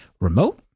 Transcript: remote